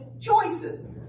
choices